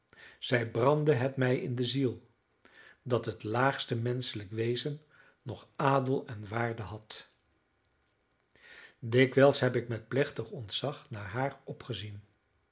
zij brandde het mij in de ziel dat het laagste menschelijke wezen nog adel en waarde had dikwijls heb ik met plechtig ontzag naar haar opgezien